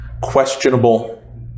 questionable